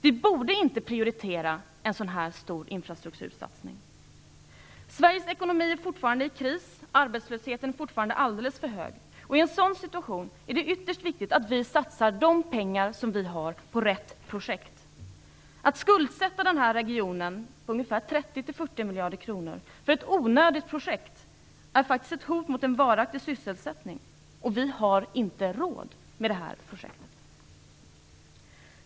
Vi borde inte prioritera en så här stor infrastruktursatsning. Sveriges ekonomi är fortfarande i kris, arbetslösheten är fortfarande alldeles för hög. I en sådan situation är det ytterst viktigt att vi satsar de pengar som vi har på rätt projekt. Att skuldsätta denna region med 30-40 miljarder kronor för ett onödigt projekt är faktiskt ett hot mot en varaktig sysselsättning. Vi har dessutom inte råd med det här projektet.